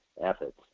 efforts